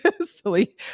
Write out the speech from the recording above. silly